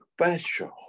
special